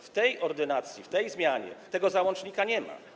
W tej ordynacji, w tej zmianie tego załącznika nie ma.